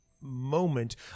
Moment